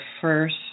first